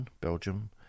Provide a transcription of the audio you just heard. Belgium